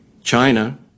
china